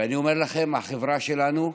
אני אומר לכם, החברה שלנו,